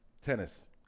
Tennis